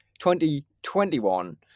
2021